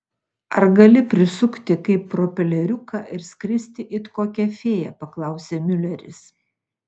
ar gali prisukti kaip propeleriuką ir skristi it kokia fėja paklausė miuleris